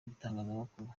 bitangazamakuru